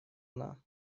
она